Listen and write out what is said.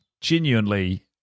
genuinely